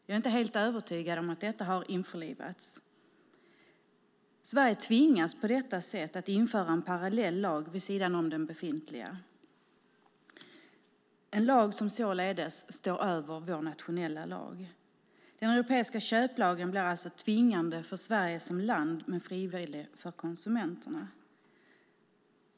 Jag är inte helt övertygad om att detta har införlivats. Sverige tvingas på detta sätt att införa en parallell lag vid sidan om den befintliga, en lag som således står över vår nationella lag. Den europeiska köplagen blir alltså tvingande för Sverige som land men frivillig för konsumenterna.